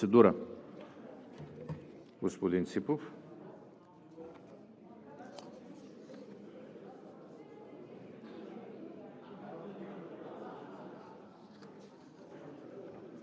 Процедура – господин Ципов.